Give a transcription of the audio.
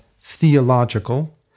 theological